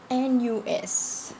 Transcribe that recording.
N_U_S